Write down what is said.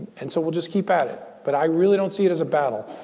and so, we'll just keep at it. but i really don't see it as a battle.